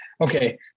okay